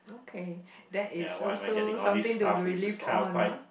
okay that is also something to relieve on ah